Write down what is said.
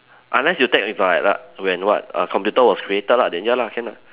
unless you take if like like when what uh computer was created lah then ya lah can lah